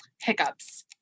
Hiccups